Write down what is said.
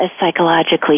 psychologically